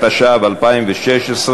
התשע"ו 2016,